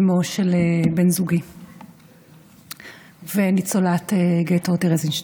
אימו של בן זוגי וניצולת גטו טרזיינשטט: